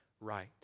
right